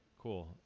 cool